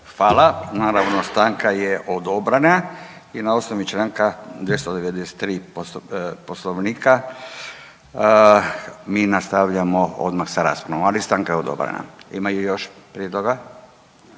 Hvala. Naravno, stanka je odobrena i na osnovi čl. 293 Poslovnika mi nastavljamo odmah sa raspravom, ali stanka je odobrena. Imaju još prije toga?